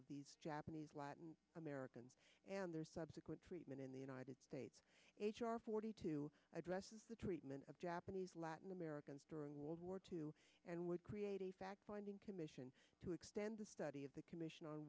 of japanese latin american and their subsequent treatment in the united states forty two addresses the treatment of japanese latin americans during world war two and would create a fact finding commission to extend the study of the commission on